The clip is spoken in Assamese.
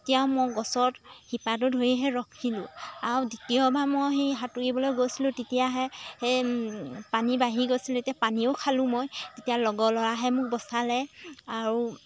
তেতিয়া মই গছত শিপাটো ধৰিহে ৰখিলোঁ আৰু দ্বিতীয়বা মই সেই সাঁতুৰিবলৈ গৈছিলোঁ তেতিয়াহে সেই পানী বাঢ়ি গৈছিলে তেতিয়া পানীও খালোঁ মই তেতিয়া লগৰ ল'ৰাইহে মোক বচালে আৰু